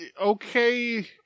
okay